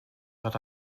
but